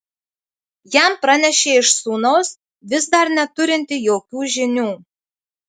jam pranešė iš sūnaus vis dar neturinti jokių žinių